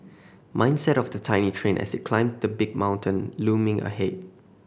mindset of the tiny train as it climbed the big mountain looming ahead